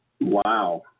Wow